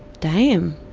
damn.